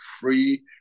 free